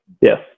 Yes